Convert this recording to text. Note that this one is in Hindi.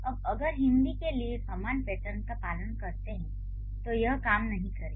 अब अगर हम हिंदी के लिए समान पैटर्न का पालन करते हैं तो यह काम नहीं करेगा